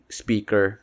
speaker